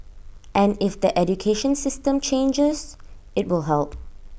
and if the education system changes IT will help